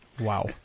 wow